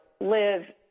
live